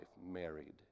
married